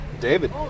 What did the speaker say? David